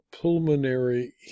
pulmonary